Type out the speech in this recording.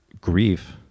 grief